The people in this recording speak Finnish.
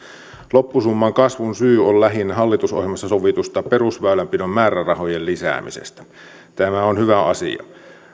loppusumman kasvun syy on lähinnä hallitusohjelmassa sovitussa perusväylänpidon määrärahojen lisäämisessä tämä on hyvä asia